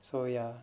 so ya